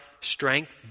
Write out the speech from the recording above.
strength